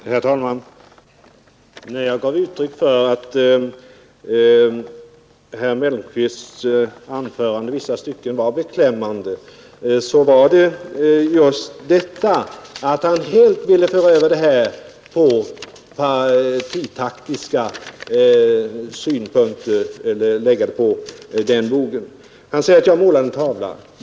Herr talman! Jag gav uttryck för att herr Mellqvists anförande i vissa stycken var beklämmande just därför att han ville anlägga partitaktiska synpunkter på detta ärende. Han säger att jag målade en tavla.